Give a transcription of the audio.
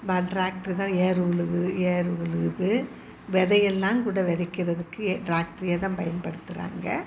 ப டிராக்ட்ரு தான் ஏறு உழுகுது ஏறு உழுகுது விதையெல்லாம் கூட விதைக்கிறதுக்கு டிராக்டரையே தான் பயன்படுத்துகிறாங்க